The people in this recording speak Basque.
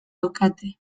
daukate